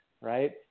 right